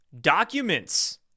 documents